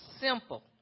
Simple